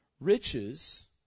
riches